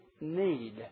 need